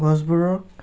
গছবোৰক